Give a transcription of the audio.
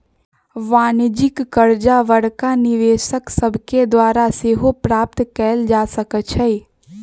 वाणिज्यिक करजा बड़का निवेशक सभके द्वारा सेहो प्राप्त कयल जा सकै छइ